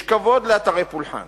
יש כבוד לאתרי פולחן,